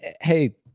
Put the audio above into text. hey